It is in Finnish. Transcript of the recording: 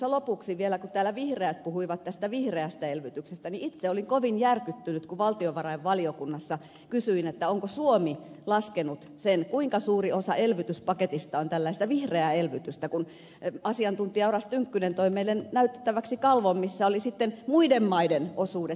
tässä lopuksi vielä kun täällä vihreät puhuivat vihreästä elvytyksestä niin itse olin kovin järkyttynyt kun valtiovarainvaliokunnassa kysyin onko suomi laskenut sen kuinka suuri osa elvytyspaketista on tällaista vihreää elvytystä kun asiantuntija oras tynkkynen toi meille näytettäväksi kalvon missä oli muiden maiden osuudet